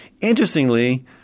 Interestingly